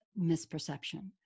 misperception